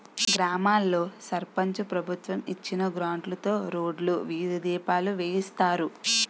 గ్రామాల్లో సర్పంచు ప్రభుత్వం ఇచ్చిన గ్రాంట్లుతో రోడ్లు, వీధి దీపాలు వేయిస్తారు